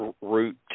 Route